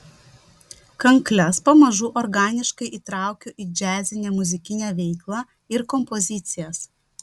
kankles pamažu organiškai įtraukiu į džiazinę muzikinę veiklą ir kompozicijas